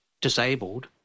disabled